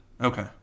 Okay